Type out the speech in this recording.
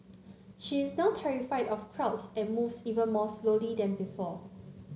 she is now terrified of crowds and moves even more slowly than before